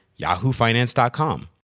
yahoofinance.com